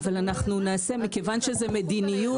אבל אנחנו נעשה מכיוון שזאת מדיניות.